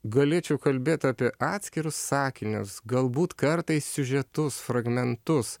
galėčiau kalbėt apie atskirus sakinius galbūt kartais siužetus fragmentus